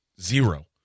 Zero